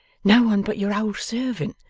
no one but your old servant.